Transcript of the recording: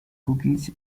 cookies